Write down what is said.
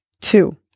two